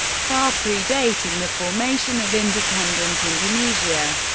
far predating the formation of independent indonesia.